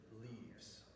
leaves